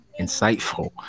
insightful